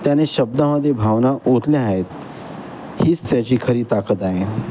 त्याने शब्दामध्ये भावना ओतल्या आहेत हीच त्याची खरी ताकद आहे